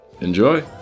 enjoy